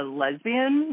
lesbian